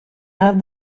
have